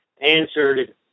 answered